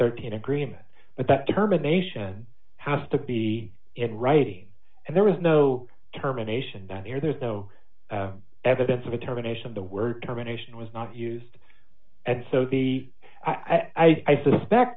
thirteen agreement but that determination has to be in writing and there is no terminations here there's no evidence of a terminations the word terminations was not used and so the i suspect